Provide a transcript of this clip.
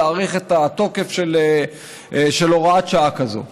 להאריך את התוקף של הוראת שעה כזו?